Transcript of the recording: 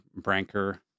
Branker